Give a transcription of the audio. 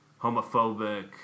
homophobic